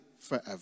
forever